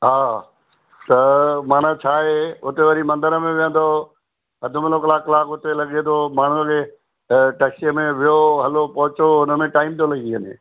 हा त माना छाहे उते वरी मंदर में विहंदो अधु मुनो कलाक कलाक उते लॻे थो माण्हूअ खे त टैक्सीअ में विहो हलो पहुचो उनमें टाइम थो लॻी वञे